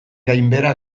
gainbehera